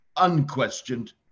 Unquestioned